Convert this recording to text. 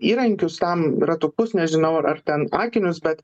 įrankius tam ratukus nežinau ar ar ten akinius bet